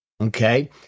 Okay